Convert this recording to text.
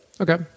Okay